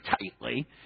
tightly